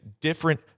different